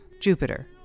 Jupiter